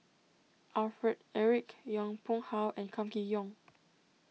Alfred Eric Yong Pung How and Kam Kee Yong